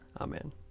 Amen